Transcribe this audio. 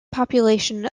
population